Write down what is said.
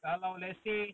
a long let's say